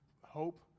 hope